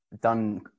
done